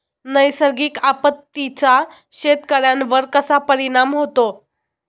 नैसर्गिक आपत्तींचा शेतकऱ्यांवर कसा परिणाम होतो?